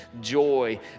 joy